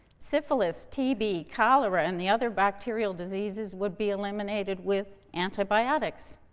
syphilis, tb, cholera and the other bacteria diseases would be eliminated with antibiotics.